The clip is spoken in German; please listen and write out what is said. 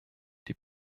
die